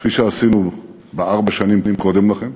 כפי שעשינו בארבע השנים קודם לכן.